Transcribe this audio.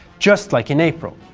just like in april.